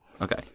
Okay